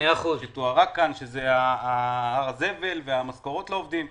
העבודה תוארה כאן, שזה הר הזבל והמשכורות לעובדים.